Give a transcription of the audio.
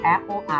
Apple